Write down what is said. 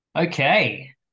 Okay